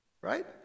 Right